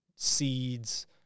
seeds